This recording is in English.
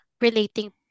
relating